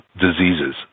diseases